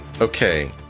Okay